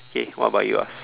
okay what about yours